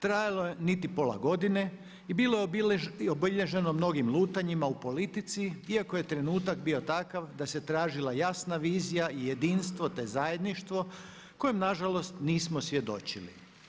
Trajalo je niti pola godine i bilo je obilježeno mnogim lutanjima u politici iako je trenutak bio takav da se tražila jasna vizija i jedinstvo te zajedništvo kojem nažalost nismo svjedočili.